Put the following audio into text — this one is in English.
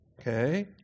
okay